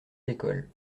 l’école